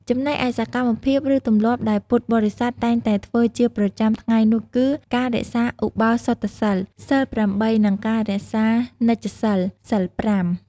ចំណែកឯសកម្មភាព ឬទម្លាប់ដែលពុទ្ធបរស័ទតែងតែធ្វើជាប្រចាំថ្ងៃនោះគឺ ការរក្សាឧបោសថសីល សីល ៨ និង ការរក្សានិច្ចសីល សីល ៥។